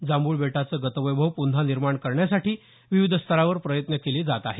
जांभूळबेटाचं गतवैभव प्न्हा निर्माण करण्यासाठी विविध स्तरावर प्रयत्न केले जात आहेत